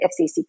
FCC